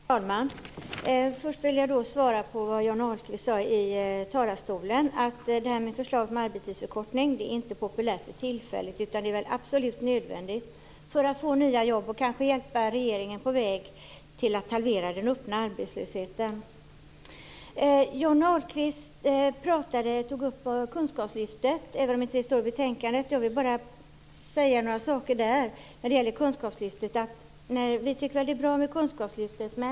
Herr talman! Först vill jag svara på det Johnny Ahlqvist sade i talarstolen om att förslaget om en arbetstidsförkortning inte är populärt för tillfället. Det är absolut nödvändigt för att få nya jobb och kanske hjälpa regeringen på väg mot att halvera den öppna arbetslösheten. Johnny Ahlqvist tog upp kunskapslyftet även om det inte står i betänkandet. Jag vill säga några saker om det. Vi tycker att det är bra med kunskapslyftet, men det har brustit i samordning och information. Fackförbunden har inte varit informerade om ersättningen.